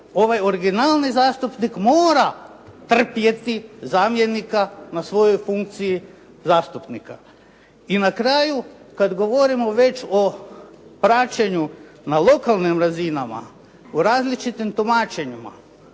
ovaj orginalni zastupnik mora trpjeti zamjenika na svojoj funkciji zastupnika. I na kraju kada govorimo već o praćenju na lokalnim razinama u različitim tumačenjima.